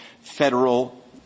federal